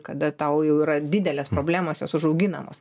kada tau jau yra didelės problemos jos užauginamos